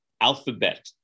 alphabet